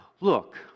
Look